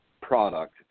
product